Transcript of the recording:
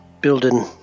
building